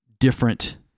different